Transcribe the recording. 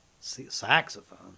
saxophone